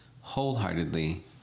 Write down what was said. wholeheartedly